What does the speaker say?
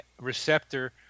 receptor